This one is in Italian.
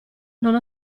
non